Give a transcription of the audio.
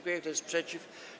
Kto jest przeciw?